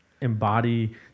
embody